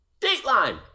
Dateline